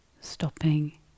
stopping